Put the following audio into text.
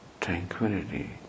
tranquility